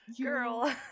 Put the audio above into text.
girl